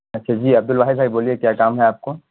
اچھا جی عبد الواحد بھائی بولیے کیا کام ہے آپ کو